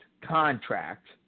contract